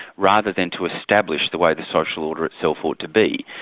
rather than to establish the way the social order itself ought to be.